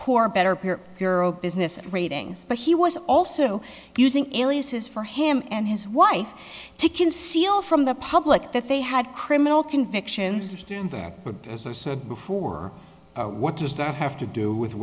poor better poor business and ratings but he was also using aliases for him and his wife to conceal from the public that they had criminal convictions and that but as i said before what does that have to do with